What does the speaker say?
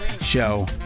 show